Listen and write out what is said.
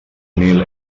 mil